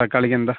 തക്കാളിക്കെന്താ